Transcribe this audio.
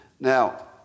Now